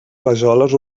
rajoles